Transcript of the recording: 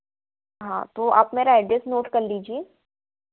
हाँ तो आप मेरा एड्रेस नोट कर लीजिए